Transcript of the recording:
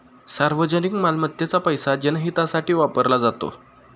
सार्वजनिक मालमत्तेचा पैसा जनहितासाठी वापरला जातो